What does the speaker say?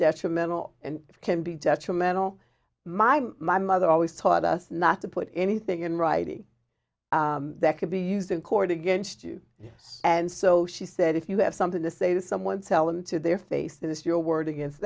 detrimental and can be detrimental my my mother always taught us not to put anything in writing that could be used in court against you yes and so she said if you have something to say to someone tell them to their face that it's your word against